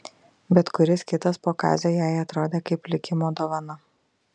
bet kuris kitas po kazio jai atrodė kaip likimo dovana